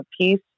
piece